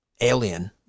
alien